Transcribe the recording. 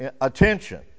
attention